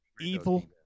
evil